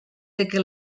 que